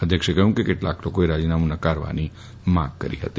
અધ્યક્ષે જણાવ્યું કે કેટલાંક લોકોએ રાજીનામું નકારવાની માંગ કરી હતી